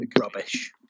rubbish